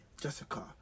Jessica